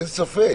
אין ספק